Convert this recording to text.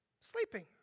sleeping